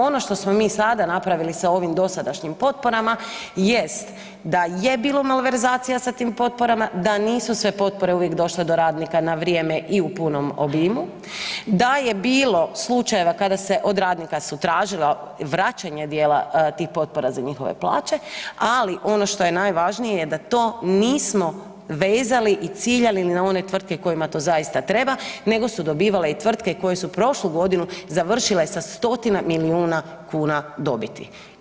Ono što smo mi sada napravili sa ovim dosadašnjim potporama jest da je bilo malverzacija sa tim potporama, da nisu sve potpore uvijek došle do radnika na vrijeme i u punom obimu, da je bilo slučajeva kada se od radnika su tražila vraćanje dijela tih potpora za njihove plaće, ali ono što je najvažnije da to nismo vezali i ciljali na one tvrtke kojima to zaista treba nego su dobivale i tvrtke koje su prošlu godinu završile sa 100-tine milijuna kuna dobiti.